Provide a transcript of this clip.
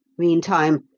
meantime,